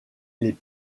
les